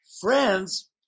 friends